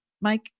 mike